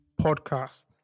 podcast